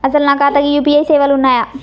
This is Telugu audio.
అసలు నా ఖాతాకు యూ.పీ.ఐ సేవలు ఉన్నాయా?